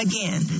Again